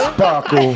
Sparkle